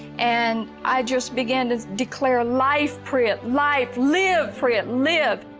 and i just began to declare, life, prit, life. live, prit, live.